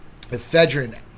Ephedrine